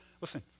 Listen